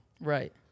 Right